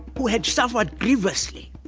who had suffered grievously,